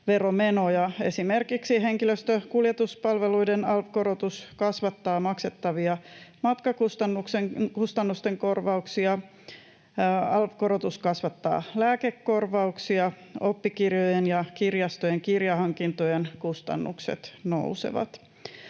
Esimerkiksi henkilöstökuljetuspalveluiden alv-korotus kasvattaa maksettavia matkakustannusten korvauksia. Alv-korotus kasvattaa lääkekorvauksia. Oppikirjojen ja kirjastojen kirjahankintojen kustannukset nousevat.